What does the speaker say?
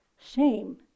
shame